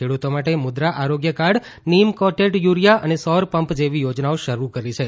ખેડૂતો માટે મુદ્રા આરોગ્ય કાર્ડ નીમ કોટેડ યુરિયા અને સૌર પંપ જેવી યોજનાઓ શરૂ કરી છે